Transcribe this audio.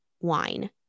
wine